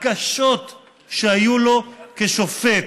הקשות שהיו לו כשופט.